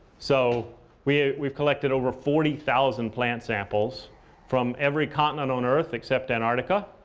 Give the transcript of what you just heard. so we've we've collected over forty thousand plant samples from every continent on earth, except antarctica.